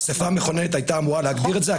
האסיפה המכוננת הייתה אמורה להגדיר את זה.